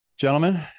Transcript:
Gentlemen